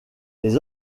les